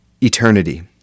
eternity